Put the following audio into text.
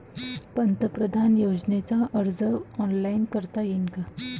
पंतप्रधान योजनेचा अर्ज ऑनलाईन करता येईन का?